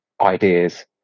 ideas